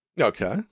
Okay